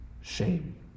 shame